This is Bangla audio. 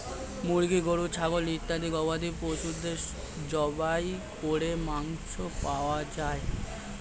মুরগি, গরু, ছাগল ইত্যাদি গবাদি পশুদের জবাই করে মাংস পাওয়া যায়